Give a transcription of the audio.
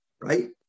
right